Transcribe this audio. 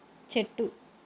చెట్టు